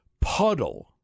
puddle